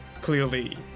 clearly